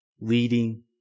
leading